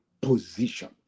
position